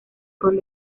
con